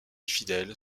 fidèle